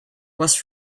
was